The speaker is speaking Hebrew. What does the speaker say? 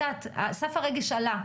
סף הרגש עלה,